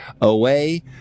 away